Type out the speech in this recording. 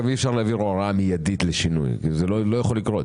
אי-אפשר להעביר הוראה מיידית לשינוי כי זה לא יכול לקרות.